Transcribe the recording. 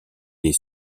des